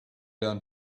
learn